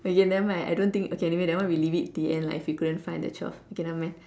okay nevermind I don't think okay anyway that one we leave it to the end lah if you couldn't find the twelve okay nevermind